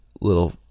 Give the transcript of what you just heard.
little